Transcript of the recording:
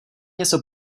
něco